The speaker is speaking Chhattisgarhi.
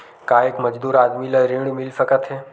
का एक मजदूर आदमी ल ऋण मिल सकथे?